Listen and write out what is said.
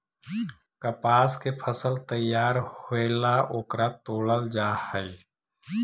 कपास के फसल तैयार होएला ओकरा तोडल जा हई